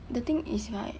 the thing is right